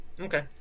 Okay